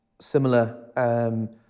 similar